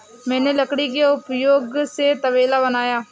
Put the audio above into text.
मैंने लकड़ी के उपयोग से तबेला बनाया